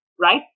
right